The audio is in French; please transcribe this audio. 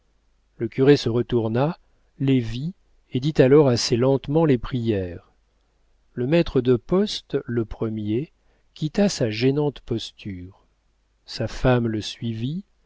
le curé se retourna les vit et dit alors assez lentement les prières le maître de poste le premier quitta sa gênante posture sa femme le suivit